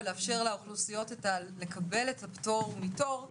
לאפשר לאוכלוסיות לקבל את הפטור מתור,